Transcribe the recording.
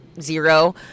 zero